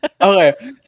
Okay